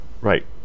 Right